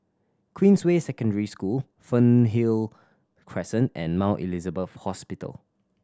Queensway Secondary School Fernhill Crescent and Mount Elizabeth Hospital